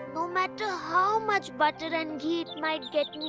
no matter how much butter and ghee it might get me.